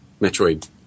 Metroid